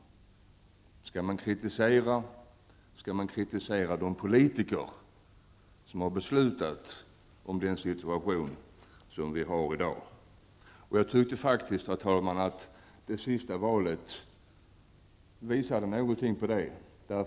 Om man skall kritisera skall man alltså kritisera de politiker som har beslutat om den situation som vi har i dag. Jag tycker faktiskt, herr talman, att det senaste valet visade på något i den riktningen.